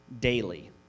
daily